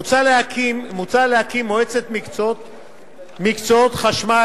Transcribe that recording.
מוצע להקים מועצת מקצועות חשמל,